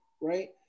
right